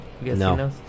No